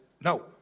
no